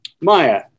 Maya